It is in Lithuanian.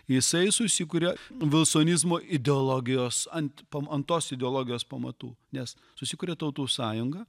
jisai susikuria vilsonizmo ideologijos ant pa ant tos ideologijos pamatų nes susikuria tautų sąjungą